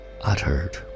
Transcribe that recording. uttered